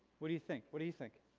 what do you think? what do you think?